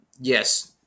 yes